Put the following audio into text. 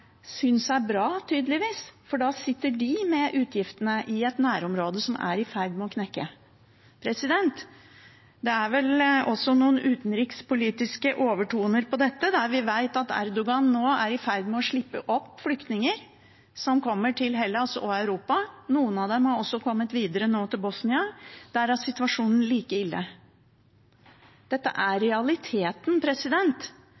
er bra, for da sitter Hellas med utgiftene i et nærområde som er i ferd med å knekke. Det er vel noen utenrikspolitiske overtoner i dette når vi vet at Erdogan nå er i ferd med å slippe ut flyktninger til Europa. De kommer nå til Hellas, noen av dem har også kommet videre til Bosnia. Der er situasjonen like ille. Dette er